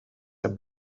der